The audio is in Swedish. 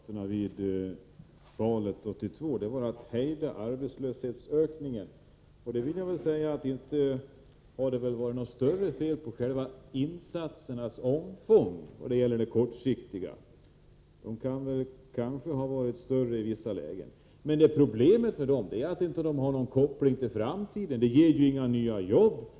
Herr talman! Det kortsiktiga målet för socialdemokraterna vid valet 1982 var att hejda arbetslöshetsökningen. Och inte har det varit något större fel på insatsernas omfång vad gäller det kortsiktiga målet. Insatserna kunde kanske varit större i vissa lägen, men problemet med dem är att de inte har någon koppling till framtiden. De ger inga nya jobb.